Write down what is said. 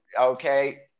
okay